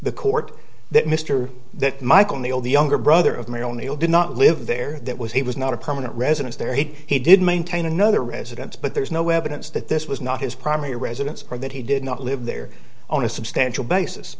the court that mr that michael in the old the younger brother of my o'neil did not live there that was he was not a permanent residence there he did maintain another residence but there is no evidence that this was not his primary residence or that he did not live there on a substantial basis